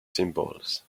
symbols